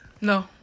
No